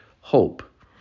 hope